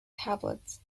tablets